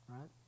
right